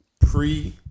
Pre